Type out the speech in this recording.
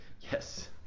Yes